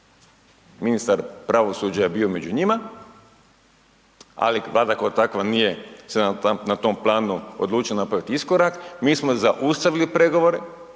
ministar pravosuđa je bio među njima, ali Vlada kao takva nije se na tom planu odlučila napraviti iskorak, mi smo zaustavili pregovore